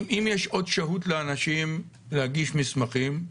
אם יש עוד שהות לאנשים להגיש מסמכים,